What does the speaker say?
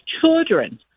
children